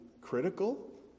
critical